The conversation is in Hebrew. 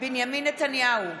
בנימין נתניהו,